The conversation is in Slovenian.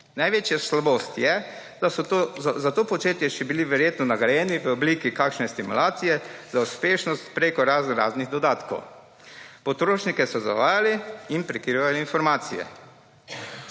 Največja slabost je, da so za to početje še bili verjetno nagrajeni v obliki kakšne stimulacije za uspešnost preko raznoraznih dodatkov. Potrošnike so zavajali in prekinjali informacije.